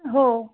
हो